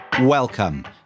Welcome